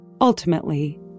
Ultimately